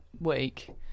week